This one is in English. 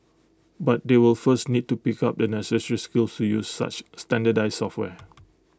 but they will first need to pick up the necessary skills to use such standardised software